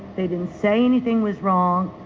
they didn't say anything was wrong.